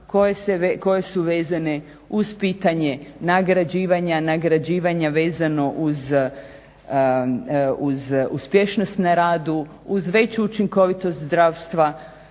koje su vezane uz pitanje nagrađivanja, nagrađivanja vezano uz uspješnost na radu, uz veću učinkovitost zdravstva,